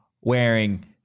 wearing